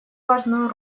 важную